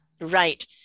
Right